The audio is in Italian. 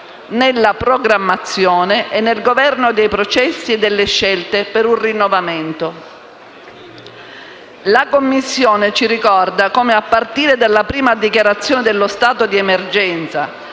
nella programmazione e nel governo dei processi e delle scelte per un rinnovamento. La Commissione ci ricorda come a partire dalla prima dichiarazione dello stato di emergenza,